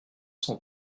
cent